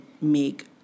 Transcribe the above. make